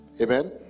amen